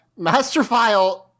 Masterfile